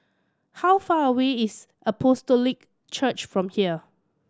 how far away is Apostolic Church from here